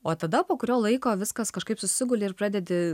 o tada po kurio laiko viskas kažkaip susiguli ir pradedi